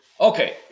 Okay